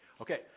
Okay